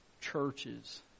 churches